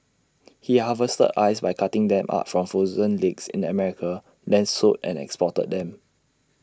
he harvested ice by cutting them up from frozen lakes in America then sold and exported them